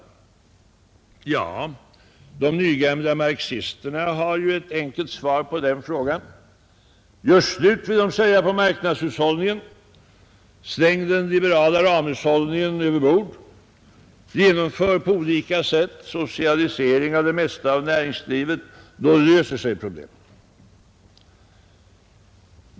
De nygamla marxisterna har ju ett enkelt svar på den frågan. Gör slut, vill de säga, på marknadshushållningen, släng den liberala ramhushållningen över bord, genomför på olika sätt socialisering av det mesta av näringslivet — då löser sig problemet.